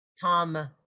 Tom